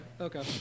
Okay